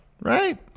Right